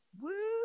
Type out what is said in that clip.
Woo